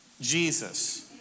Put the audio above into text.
Jesus